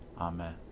Amen